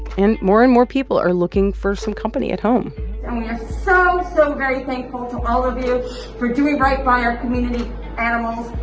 and more and more people are looking for some company at home um so, so very thankful to all of you for doing right by our community animals.